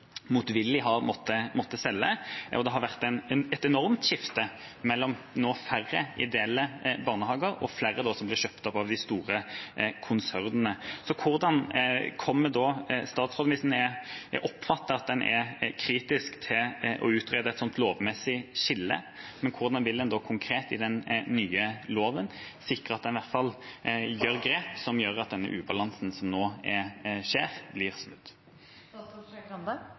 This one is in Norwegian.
motvillig har måttet selge, og det har vært et enormt skifte mellom nå færre ideelle barnehager og flere som blir kjøpt opp av de store konsernene. Jeg oppfattet at en er kritisk til å utrede et sånt lovmessig skille, men hvordan vil statsråden da konkret i den nye loven sikre at en i hvert fall tar grep som gjør at denne ubalansen som nå skjer, blir